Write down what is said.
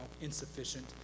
insufficient